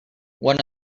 one